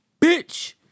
Bitch